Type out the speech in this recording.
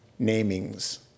namings